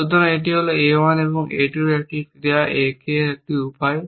সুতরাং এটি হল A 1 এটি A 2 এবং এটি একটি ক্রিয়া A এক উপায়